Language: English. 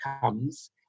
comes